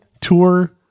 Tour